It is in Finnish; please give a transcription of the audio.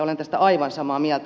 olen tästä aivan samaa mieltä